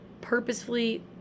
purposefully